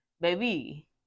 Baby